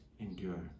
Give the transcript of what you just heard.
endure